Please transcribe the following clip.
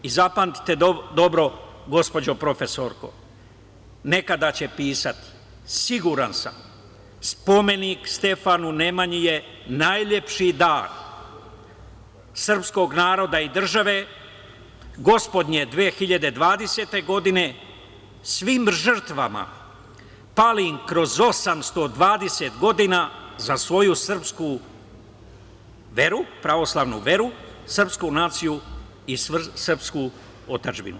Zapamtite dobro, gospođo profesorko, nekada će pisati, siguran sam, spomenik Stefanu Nemanji je najlepši dar srpskog naroda i države, gospodnje 2020. godine svim žrtvama palim kroz 820 godina za svoju srpsku veru, pravoslavnu veru, srpsku naciju i srpsku otadžbinu.